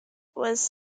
was